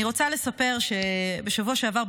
אני רוצה לספר שבשבוע שעבר,